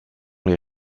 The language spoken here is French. les